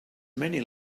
many